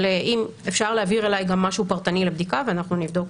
אבל אפשר להעביר אלי גם משהו פרטני לבדיקה ואנחנו נבדוק.